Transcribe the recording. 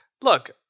look